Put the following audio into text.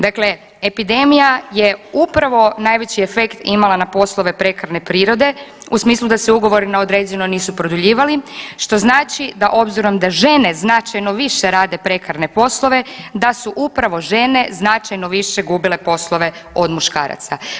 Dakle, epidemija je upravo najveći efekt imala na poslove prekarne prirode u smislu da se ugovori na određeno nisu produljivali, što znači da obzirom da žene značajno više rade prekarne poslove da su upravo žene značajno više gubile poslove od muškaraca.